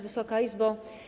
Wysoka Izbo!